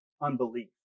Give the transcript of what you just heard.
unbelief